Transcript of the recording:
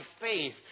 faith